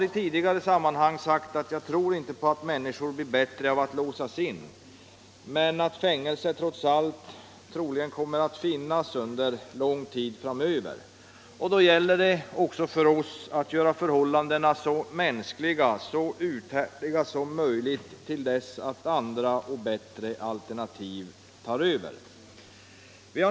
I tidigare sammanhang har jag sagt att jag inte tror att människor blir bättre av att låsas in men att fängelser trots allt troligen kommer att finnas under lång tid framöver. Då gäller det också för oss att göra förhållandena så mänskliga, så uthärdliga som möjligt till dess att andra och bättre alternativ tar över.